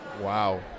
Wow